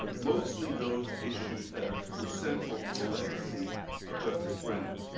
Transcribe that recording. mostly those issues that ah were central for the legacy of justice brennan.